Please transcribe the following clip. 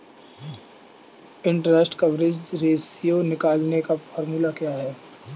Interest coverage ratio निकालने का formula क्या है?